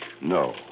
No